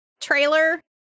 trailer